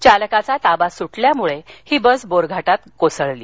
चालकाचा ताबा सुटल्यामूळे ही बस बोरघाटात दरीत कोसळली